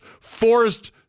Forced